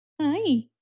Hi